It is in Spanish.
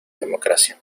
democracia